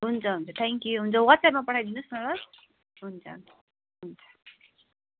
हुन्छ हुन्छ thank you हुन्छ वाट्सएपमा पठाइदिनुहोस् न ल हुन्छ हुन्छ